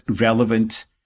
relevant